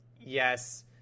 Yes